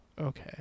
Okay